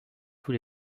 tous